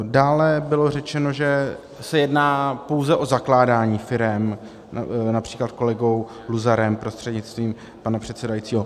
Dále bylo řečeno, že se jedná pouze o zakládání firem, například kolegou Luzarem prostřednictvím pana předsedajícího.